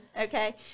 okay